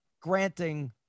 granting